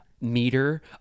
meter